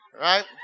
right